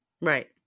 Right